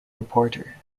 reporter